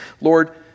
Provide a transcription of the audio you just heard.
Lord